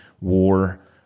war